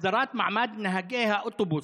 הסדרת מעמד נהגי האוטובוס.